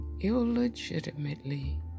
illegitimately